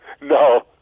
No